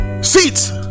seats